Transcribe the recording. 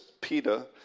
Peter